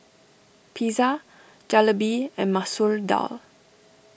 Pizza Jalebi and Masoor Dal